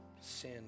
sin